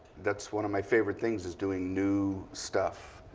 that's one of my favorite things is doing new stuff.